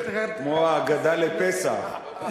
כמו ההגדה לפסח,